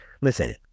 Listen